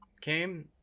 Came